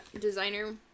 designer